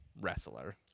wrestler